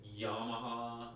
Yamaha